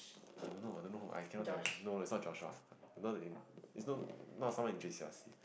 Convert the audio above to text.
I don't know I don't know who I cannot tell you no no its not Joshua not in its not someone in J_C_R_C